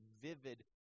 vivid